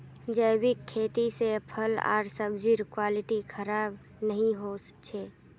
जैविक खेती से फल आर सब्जिर क्वालिटी खराब नहीं हो छे